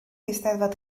eisteddfod